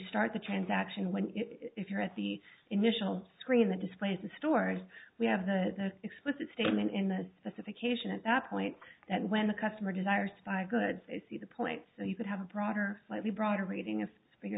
start the transaction when if you're at the initial screen the displays the stores we have the explicit statement in the specification at that point that when the customer desires five goods see the point so you could have a broader slightly broader reading